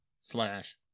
slash